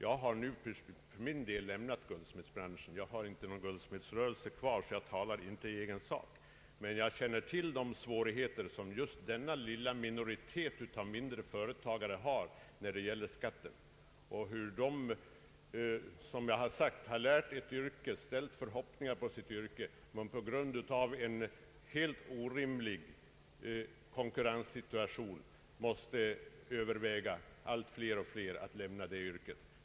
Jag har för min del nu lämnat guldsmedsbranschen och har ingen sådan rörelse kvar. Därför talar jag inte i egen sak. Men jag känner till de svårigheter som denna lilla minoritet av företagare har när det gäller skatten. De har, som jag sagt, lärt ett yrke och ställt förhoppningar på sitt yrke, men på grund av den helt orimliga konkurrenssituation som punktskatten medför måste allt fler och fler lämna yrket.